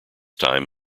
time